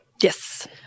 Yes